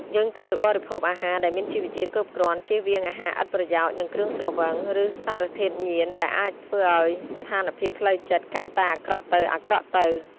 យើងត្រូវបរិភោគអាហារដែលមានជីវជាតិគ្រប់គ្រាន់ ជៀសវាងអាហារឥតប្រយោជន៍ និងគ្រឿងស្រវឹង ឬសារធាតុញៀនដែលអាចធ្វើឱ្យស្ថានភាពផ្លូវចិត្តកាន់តែអាក្រក់ទៅៗ។